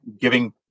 giving